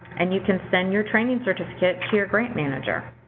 and you can send your training certificate to your grant manager.